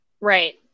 Right